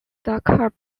dakar